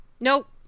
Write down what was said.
Nope